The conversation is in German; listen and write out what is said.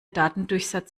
datendurchsatz